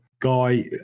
guy